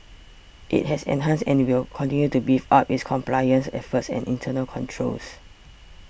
it has enhanced and will continue to beef up its compliance efforts and internal controls